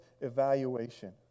evaluation